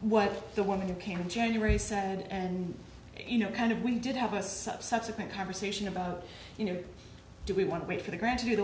what the woman who came in january said and you know kind of we did have a subsequent conversation about you know do we want to wait for the grant to do the